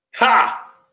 Ha